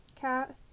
cat